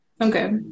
okay